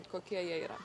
kokie jie yra